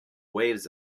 waves